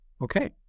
okay